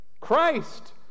Christ